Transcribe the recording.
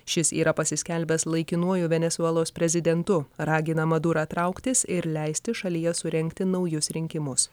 šis yra pasiskelbęs laikinuoju venesuelos prezidentu ragina madurą trauktis ir leisti šalyje surengti naujus rinkimus